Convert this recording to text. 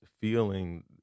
feeling